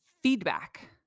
feedback